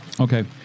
okay